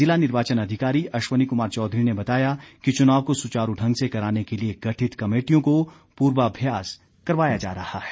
जिला निर्वाचन अधिकारी अश्विनी कुमार चौधरी ने बताया कि चुनाव को सुचारू ढंग से कराने के लिए गठित कमेटियों को पूर्वाभ्यास करवाया जा रहा है